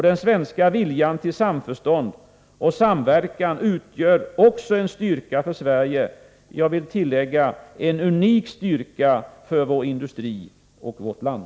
Den svenska viljan till samförstånd och samverkan utgör också en styrka för Sverige, jag vill tillägga en unik styrka för vår industri och vårt land.